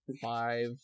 Five